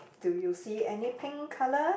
do you see any pink colour